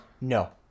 No